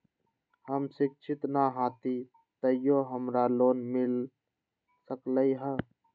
हम शिक्षित न हाति तयो हमरा लोन मिल सकलई ह?